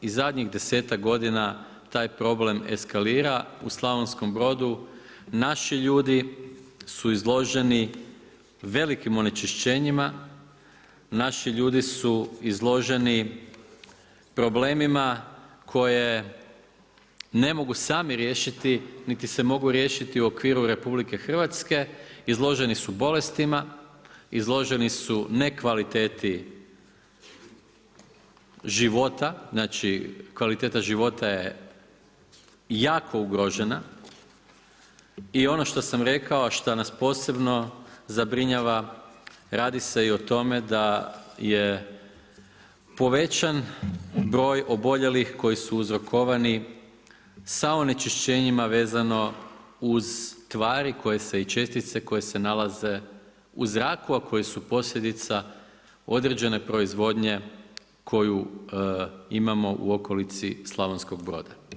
I zadnjih desetak godina taj problem eskalira u Slavonskom Brodu, naši ljudi su izloženi velikim onečišćenjima naši ljudi su izloženi problemima koje ne mogu sami riješiti niti se mogu riješiti u okviru RH, izloženi su bolestima, izloženi su ne kvaliteti života, znači kvaliteta života je jako ugrožena i ono što sam rekao, a šta nas posebno zabrinjava, radi se o tome da je povećan broj oboljelih koji su uzrokovani sa onečišćenjima vezano uz tvari i čestice koje se nalaze u zraku, a koje su posljedica određene proizvodnje koju imamo u okolici Slavonskog Broda.